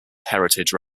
heritage